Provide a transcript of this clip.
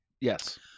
Yes